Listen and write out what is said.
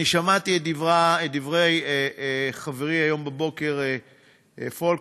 שמעתי את דברי חברי פולקמן היום בבוקר ברדיו,